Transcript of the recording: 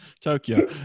Tokyo